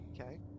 okay